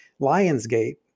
Lionsgate